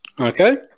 Okay